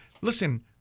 listen